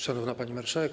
Szanowna Pani Marszałek!